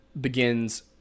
begins